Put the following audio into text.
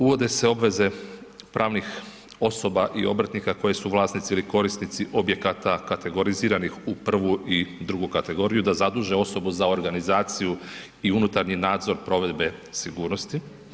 Uvode se obveze pravnih osoba i obrtnika koje su vlasnici ili korisnici objekata kategoriziranih u prvu ili drugu kategoriju da zaduže osobu za organizaciju i unutarnji nadzor provedbe sigurnosti.